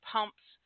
Pumps